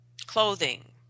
clothing